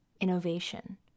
innovation